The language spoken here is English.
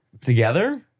Together